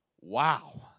wow